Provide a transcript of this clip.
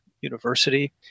University